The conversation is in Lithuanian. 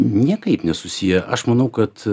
niekaip nesusiję aš manau kad